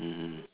mmhmm